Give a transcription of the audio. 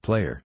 Player